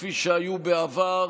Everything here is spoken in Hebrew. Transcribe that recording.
כפי שהיו בעבר,